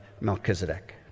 Melchizedek